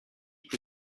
but